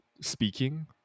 speaking